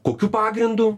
kokiu pagrindu